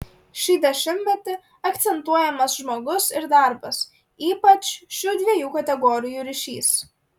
šį dešimtmetį akcentuojamas žmogus ir darbas ypač šių dviejų kategorijų ryšys